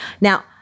Now